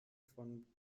von